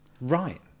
right